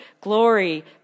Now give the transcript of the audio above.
glory